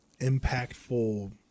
impactful